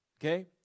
Okay